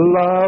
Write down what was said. love